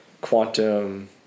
Quantum